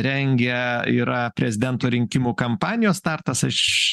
rengia yra prezidento rinkimų kampanijos startas aš